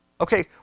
Okay